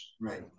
right